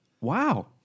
Wow